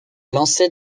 lancer